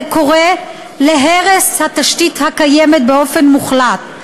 הוא קורא להרס התשתית הקיימת באופן מוחלט.